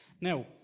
Now